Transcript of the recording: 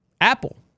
Apple